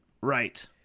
Right